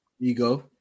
Ego